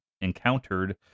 encountered